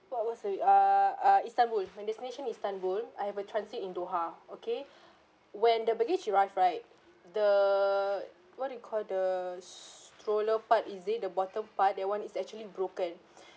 what was my uh uh istanbul my destination istanbul I have a transit in doha okay when the baggage arrived right the what do you call the stroller part is it the bottom part that one is actually broken